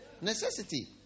Necessity